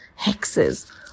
hexes